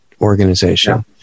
organization